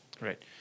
Right